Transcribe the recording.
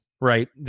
right